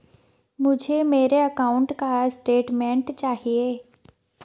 मुझे मेरे अकाउंट का स्टेटमेंट चाहिए?